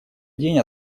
день